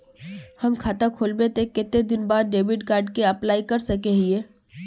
हम खाता खोलबे के कते दिन बाद डेबिड कार्ड के लिए अप्लाई कर सके हिये?